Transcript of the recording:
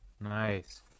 Nice